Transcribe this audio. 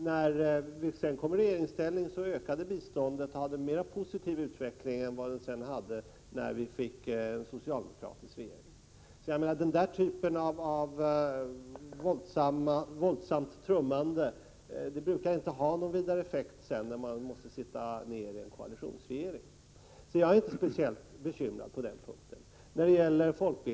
När vi kom i regeringsställning ökade biståndet — och hade en mer positiv utveckling än när vi sedan fick en socialdemokratisk regering. Den där typen av våldsamt trummande brukar inte ha någon vidare effekt när man senare skall sitta i en koalitionsregering. Jag är därför inte speciellt bekymrad på den punkten.